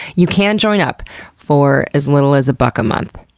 you can join up for as little as a buck a month,